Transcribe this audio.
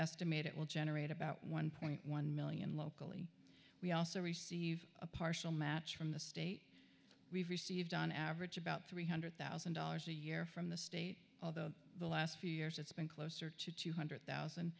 estimate it will generate about one point one million locally we also receive a partial match from the state we've received on average about three hundred thousand dollars a year from the state although the last few years it's been closer to two hundred thousand